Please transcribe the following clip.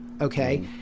okay